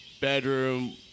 bedroom